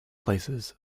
places